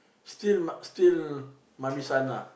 still ma still mummy son lah